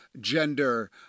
gender